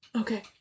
Okay